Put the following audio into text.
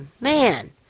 man